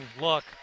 look